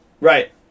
Right